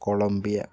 Colombia